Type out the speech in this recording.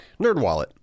NerdWallet